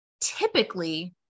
typically